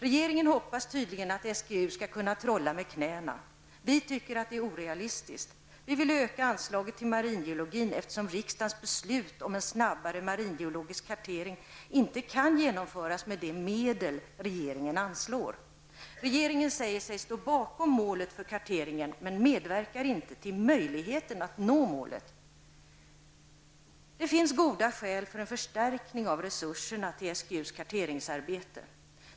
Regeringen hoppas tydligen att SGU skall kunna trolla med knäna. Vi tycker att det är orealistiskt. Vi vill öka anslaget till maringeologin, eftersom riksdagens beslut om en snabbare maringeologisk kartering inte kan genomföras med de medel regeringen anslår. Regeringen säger sig stå bakom målet för karteringen men medverkar inte till möjligheten att nå målet. Det finns goda skäl för en förstärkning av resurserna till SGUs karteringsarbete.